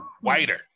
whiter